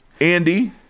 andy